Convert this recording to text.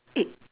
eight